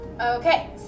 okay